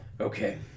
Okay